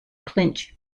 clinch